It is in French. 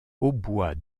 hautbois